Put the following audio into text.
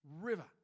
river